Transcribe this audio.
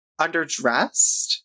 Underdressed